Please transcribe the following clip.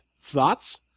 Thoughts